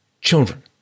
children